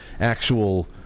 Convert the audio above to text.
actual